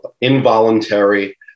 involuntary